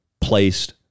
placed